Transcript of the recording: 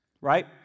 right